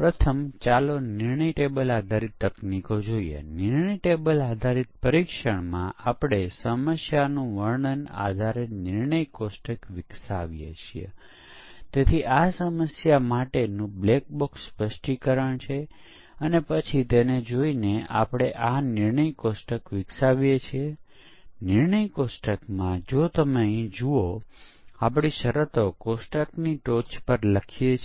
filters છે કેમ કે તે 70 ટકા ભૂલોને દૂર કરી શકે છે અને આપણે જોયું કે કેપર્સ જોન મુજબ ફક્ત 30 ટકા ભૂલો જ ભૂલ શોધવાની તકનીક દ્વારા ફિલ્ટર થાય છે પરંતુ અહીં આપણે ધ્યાનમાં લઈએ છીએ કે 70 ટકા ભૂલો દરેક ભૂલ શોધવાની તકનીક હેઠળ કાઢી લેવામાં આવે છે